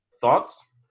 Thoughts